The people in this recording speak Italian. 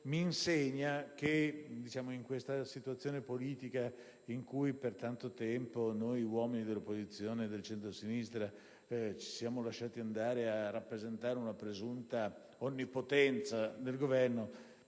mi insegna - in questa situazione politica in cui per tanto tempo noi uomini dell'opposizione e del centrosinistra ci siamo lasciati andare a rappresentare una presunta onnipotenza del Governo,